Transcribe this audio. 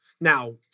Now